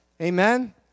Amen